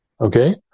okay